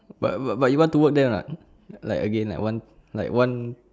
but but you want to work there or not like again like want like want